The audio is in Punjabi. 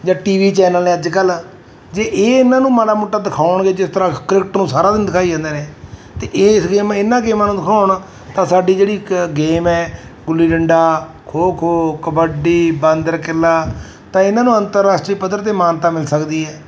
ਜਾਂ ਟੀਵੀ ਚੈਨਲ ਨੇ ਅੱਜ ਕੱਲ੍ਹ ਜੇ ਇਹ ਇਹਨਾਂ ਨੂੰ ਮਾੜਾ ਮੋਟਾ ਦਿਖਾਉਣਗੇ ਜਿਸ ਤਰ੍ਹਾਂ ਕ੍ਰਿਕਟ ਨੂੰ ਸਾਰਾ ਦਿਨ ਦਿਖਾਈ ਜਾਂਦੇ ਨੇ ਅਤੇ ਇਸ ਗੇਮ ਇਹਨਾਂ ਗੇਮਾਂ ਨੂੰ ਦਿਖਾਉਣ ਤਾਂ ਸਾਡੀ ਜਿਹੜੀ ਇੱਕ ਗੇਮ ਹੈ ਗੁੱਲੀ ਡੰਡਾ ਖੋ ਖੋ ਕਬੱਡੀ ਬਾਂਦਰ ਕਿੱਲਾ ਤਾਂ ਇਹਨਾਂ ਨੂੰ ਅੰਤਰਰਾਸ਼ਟਰੀ ਪੱਧਰ 'ਤੇ ਮਾਨਤਾ ਮਿਲ ਸਕਦੀ ਹੈ